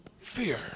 fear